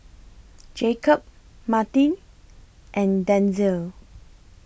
Jacob Marti and Denzil